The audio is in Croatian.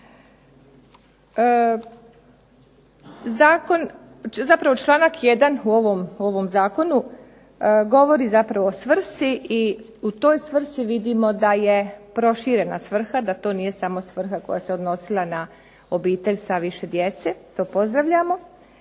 Zapravo članak 1. u ovom zakonu govori o svrsi i u toj svrsi vidimo da je proširena svrha, da to nije samo svrha koja se odnosila na obitelj sa više djece, to pozdravljamo.